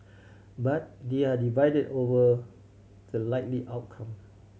but they are divided over the likely outcome